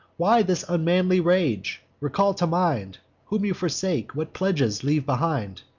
why this unmanly rage? recall to mind whom you forsake, what pledges leave behind.